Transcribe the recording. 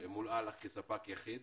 מול אל"ח כספק יחיד.